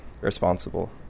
responsible